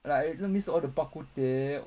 like I even miss all the bak kut teh